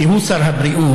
כי הוא שר הבריאות,